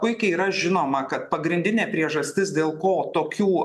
puikiai yra žinoma kad pagrindinė priežastis dėl ko tokių